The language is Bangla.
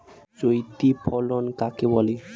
চৈতি ফসল কাকে বলে?